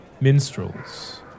minstrels